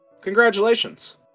Congratulations